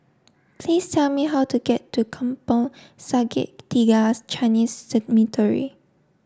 please tell me how to get to Kampong Sungai Tiga Chinese Cemetery